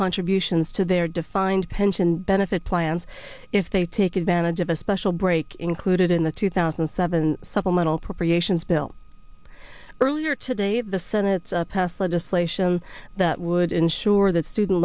contributions to their defined pension benefit plans if they take advantage of a special break included in the two thousand and seven supplemental appropriations bill earlier today the senate's passed legislation that would ensure that student